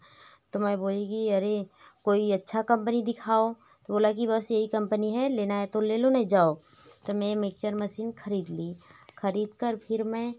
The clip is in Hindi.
तो मैं बोली कि अरे कोई अच्छा कम्पनी दिखाओ तो बोला कि बस यही कम्पनी है लेना है तो ले लो नहीं जाओ तो मैं मिक्सचर मसीन खरीद ली खरीद कर फिर मैं